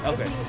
Okay